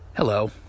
Hello